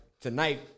tonight